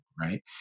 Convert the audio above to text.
Right